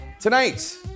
Tonight